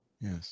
Yes